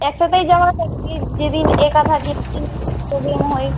একসাথেই যাওয়া আসা করি যে দিন একা থাকি ও দিন প্রবল হয়